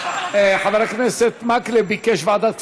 חבר הכנסת מקלב ביקש ועדת כספים.